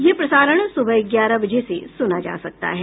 यह प्रसारण सुबह ग्यारह बजे से सुना जा सकता है